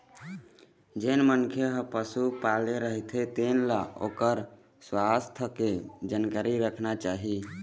जेन मनखे ह पशु पाले रहिथे तेन ल ओखर सुवास्थ के जानकारी राखना चाही